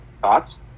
Thoughts